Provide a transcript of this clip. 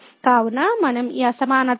కావున మనం ఈ అసమానతను అక్కడ ఉపయోగించవచ్చు